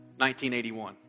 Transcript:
1981